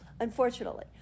unfortunately